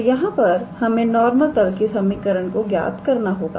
तो यहां पर हमें नॉर्मल तल की समीकरण को ज्ञात करना होगा